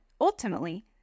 ultimately